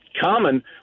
common –